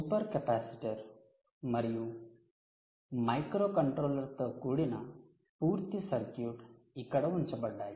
super capacitor మరియు మైక్రోకంట్రోలర్తో కూడిన పూర్తి సర్క్యూట్ ఇక్కడ ఉంచబడ్డాయి